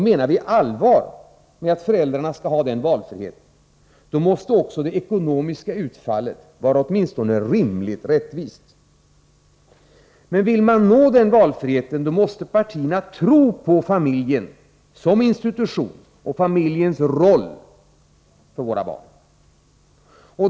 Menar vi allvar med att föräldrarna skall ha denna valfrihet, måste också det ekonomiska utfallet vara åtminstone rimligt rättvist. Men vill man nå denna valfrihet, måste partierna tro på familjen som institution och på familjens roll för våra barn.